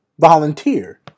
volunteer